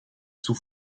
sous